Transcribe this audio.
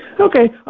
Okay